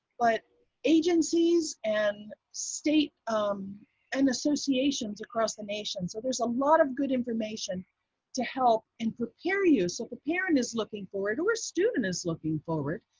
but agencies and state um and associations across the nation. so there's a lot of good information to help and prepare you. so if the parent is looking forward or a student is looking forward,